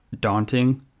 daunting